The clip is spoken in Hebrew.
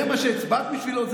זה מה שהצבעת בשבילו?